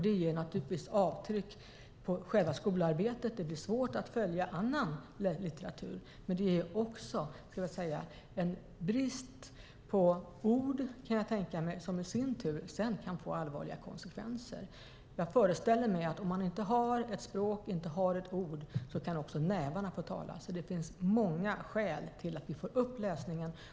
Det ger naturligtvis avtryck i själva skolarbetet - det blir svårt att följa annan litteratur - men ger också en brist på ord, kan jag tänka mig. Det kan i sin tur få allvarliga konsekvenser. Jag föreställer mig att om man inte har ett språk, inte har ord, kan nävarna få tala. Det finns alltså många skäl att få upp läsningen.